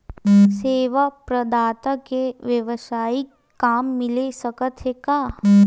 सेवा प्रदाता के वेवसायिक काम मिल सकत हे का?